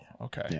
okay